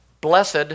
Blessed